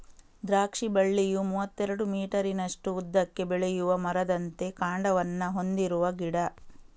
ದ್ರಾಕ್ಷಿ ಬಳ್ಳಿಯು ಮೂವತ್ತೆರಡು ಮೀಟರಿನಷ್ಟು ಉದ್ದಕ್ಕೆ ಬೆಳೆಯುವ ಮರದಂತೆ ಕಾಂಡವನ್ನ ಹೊಂದಿರುವ ಗಿಡ